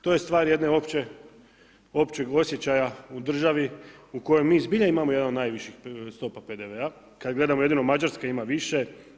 To je stvar jedne opće, općeg osjećaja u državi u kojoj mi zbilja imamo jedan od najviših stopa PDV-a, kad gledamo, jedino Mađarska ima više.